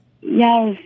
Yes